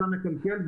יצא מקלקל,